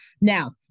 Now